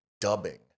dubbing